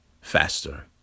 faster